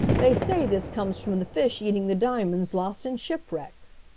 they say this comes from the fish eating the diamonds lost in shipwrecks.